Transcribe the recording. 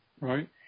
Right